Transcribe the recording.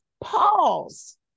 pause